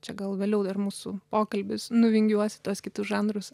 čia gal vėliau dar mūsų pokalbis nuvingiuos į tuos kitus žanrus